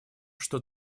что